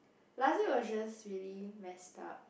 last year was just really messed up